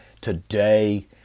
today